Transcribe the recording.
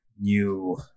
new